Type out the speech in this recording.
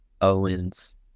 Owen's